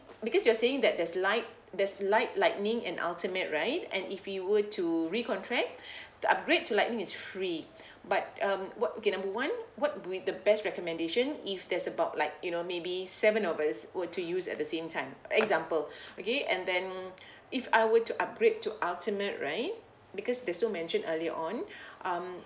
because you're saying that there's light there's light lightning and ultimate right and if we were to recontract the upgrade to lightning is free but um what okay number one what be the best recommendation if there's about like you know maybe seven of us were to use at the same time example okay and then if I were to upgrade to ultimate right because there's no mention earlier on um